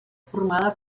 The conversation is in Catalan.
formada